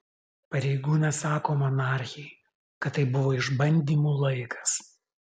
pareigūnas sako monarchei kad tai buvo išbandymų laikas